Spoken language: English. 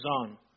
on